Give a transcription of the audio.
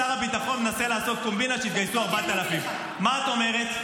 שר הביטחון מנסה לעשות קומבינה שיתגייסו 4,000. מה את אומרת?